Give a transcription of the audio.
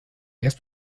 erst